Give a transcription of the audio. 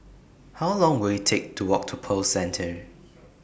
How Long Will IT Take to Walk to Pearl Centre